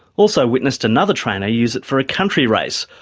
also witnessed another trainer use it for a country race,